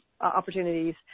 opportunities